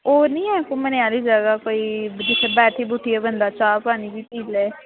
होर नी ऐ कोई घुम्मने आहली जगह कोई जित्थै बैठे बुठियै बंदा चाह् पानी बी पी लै